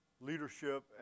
leadership